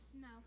No